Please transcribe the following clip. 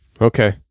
Okay